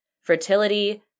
Fertility